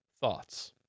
thoughts